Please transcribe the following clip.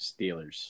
Steelers